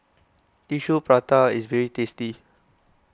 Tissue Prata is very tasty